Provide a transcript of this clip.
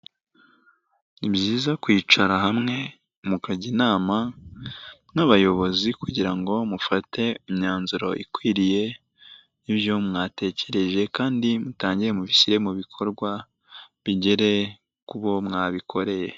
Ni byiza kwicara hamwe, mukajya inama n'abayobozi kugira ngo mufate imyanzuro ikwiriye y'ibyo mwatekereje kandi mutangire mubishyire mu bikorwa, bigere ku bo mwabikoreye.